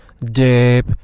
deep